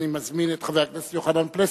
אני מזמין את חבר הכנסת יוחנן פלסנר,